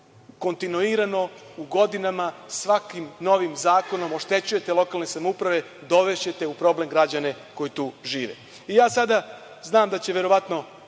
kontinuirano godinama svakim novim zakonom oštećujete lokalne samouprave dovešćete u problem građane koji tu žive. Ja sada znam da će neko